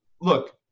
Look